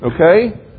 Okay